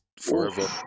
Forever